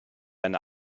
eine